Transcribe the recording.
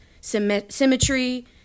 Symmetry